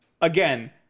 again